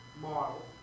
model